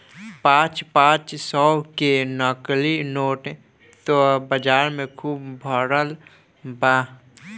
पाँच पाँच सौ के नकली नोट त बाजार में खुब भरल बा